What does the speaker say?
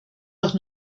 doch